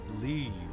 leave